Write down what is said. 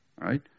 right